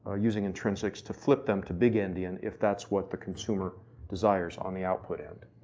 using intrinsics to flip them to big-endian if that's what the consumer desires on the output end.